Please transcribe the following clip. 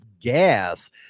gas